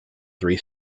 three